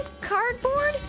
Cardboard